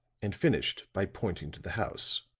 and finished by pointing to the house.